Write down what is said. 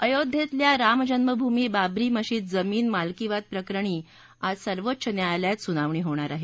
अयोध्येतल्या रामजन्मभूमी बाबरी मशिद जमीन मालकीवाद प्रकरणी आज सर्वोच्च न्यायालयात सुनावणी होणार आहे